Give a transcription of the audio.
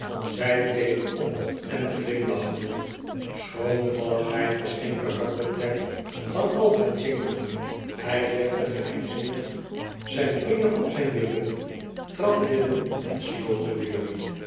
zij keek op en glimlachte schroomvalligheid was geen karaktertrek van alfred jingle hij legde geheimzinnig zijn vinger op zijn lippen trad binnen en sloot de deur